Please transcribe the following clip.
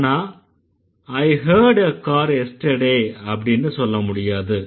ஆனா I heard a car yesterday அப்படின்னு சொல்ல முடியாது